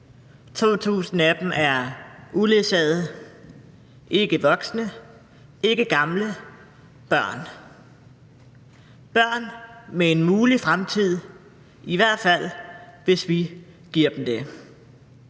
2.000 af dem er uledsagede, ikke voksne, ikke gamle, men børn, børn med en mulig fremtid, i hvert fald hvis vi giver dem det,